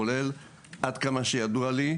כולל עד כמה שידוע לי,